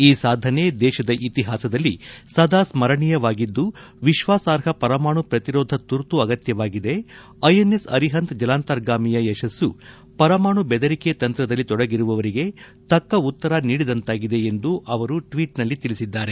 ಈ ಸಾಧನೆ ದೇಶದ ಇತಿಹಾಸದಲ್ಲಿ ಸದಾ ಸ್ಕರಣೀಯವಾಗಿದ್ದು ವಿಶ್ವಾಸಾರ್ಹ ಪರಮಾಣು ಪ್ರತಿರೋಧ ತುರ್ತು ಅಗತ್ಲವಾಗಿದೆ ಐಎನ್ಎಸ್ ಅರಿಹಂತ್ ಜಲಂತರ್ಗಾಮಿಯ ಯಶಸ್ತು ಪರಮಾಣು ಬೆದರಿಕೆ ತಂತ್ರದಲ್ಲಿ ತೊಡಗಿರುವವರಿಗೆ ತಕ್ಕ ಉತ್ತರ ನೀಡಿದಂತಾಗಿದೆ ಎಂದು ಅವರು ಟ್ವೀಟ್ನಲ್ಲಿ ತಿಳಿಸಿದ್ದಾರೆ